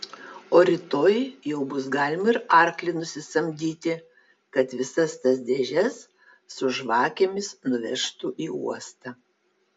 o rytoj jau bus galima ir arklį nusisamdyti kad visas tas dėžes su žvakėmis nuvežtų į uostą